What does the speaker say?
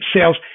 sales